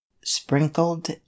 sprinkled